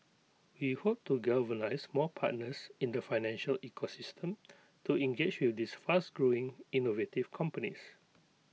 we hope to galvanise more partners in the financial ecosystem to engage with these fast growing innovative companies